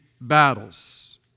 battles